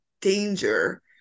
danger